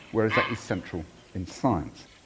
whereas that is central in science.